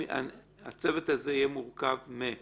הצוות הזה יהיה מורכב מ-?